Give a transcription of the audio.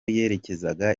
yerekezaga